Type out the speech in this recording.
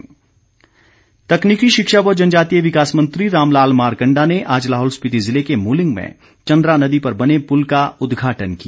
मारकंडा तकनीकी शिक्षा व जनजातीय विकास मंत्री रामलाल मारकंडा ने आज लाहौल स्पीति ज़िले के मुलिंग में चंद्रा नदी पर बने पुल का उद्घाटन किया